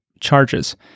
charges